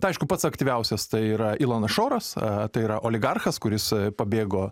tai aišku pats aktyviausias tai yra ilonas šoras tai yra oligarchas kuris pabėgo